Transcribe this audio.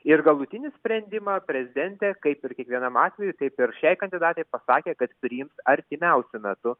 ir galutinį sprendimą prezidentė kaip ir kiekvienam atvejui taip ir šiai kandidatei pasakė kad priims artimiausiu metu